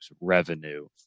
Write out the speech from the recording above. revenue